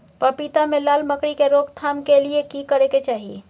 पपीता मे लाल मकरी के रोक थाम के लिये की करै के चाही?